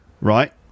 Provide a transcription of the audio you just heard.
right